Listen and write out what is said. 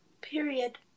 Period